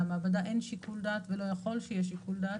למעבדה אין שיקול לדעת ולא יכול שיהיה שיקול דעת,